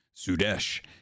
Sudesh